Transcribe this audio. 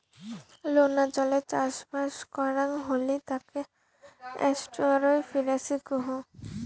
লোনা জলে চাষবাস করাং হলি তাকে এস্টুয়ারই ফিসারী কুহ